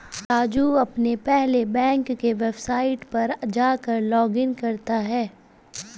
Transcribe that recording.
राजू पहले अपने बैंक के वेबसाइट पर जाकर लॉगइन करता है